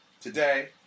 Today